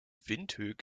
windhoek